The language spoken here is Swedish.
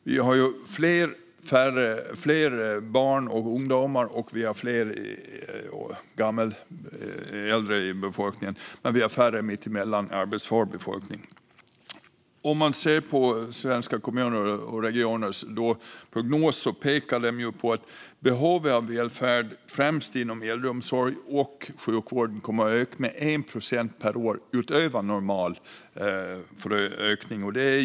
Vi har fler barn och ungdomar och fler äldre i befolkningen men färre mitt emellan, i den arbetsföra befolkningen. Prognoserna från Sveriges Kommuner och Regioner pekar på att behoven av välfärd, främst äldreomsorg och sjukvård, under en tioårsperiod kommer att öka med 1 procent per år, utöver normal ökning.